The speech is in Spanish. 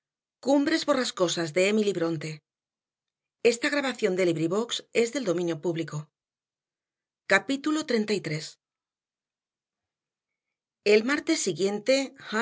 capítulo treinta y tres el martes siguiente